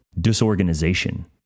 disorganization